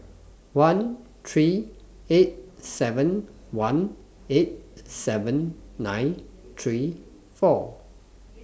one three eight seven one eight seven nine three four